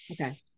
okay